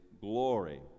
glory